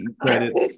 credit